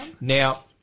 Now